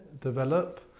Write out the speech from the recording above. develop